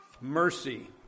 Mercy